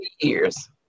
years